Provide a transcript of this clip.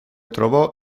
trovò